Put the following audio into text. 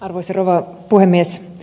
arvoisa rouva puhemies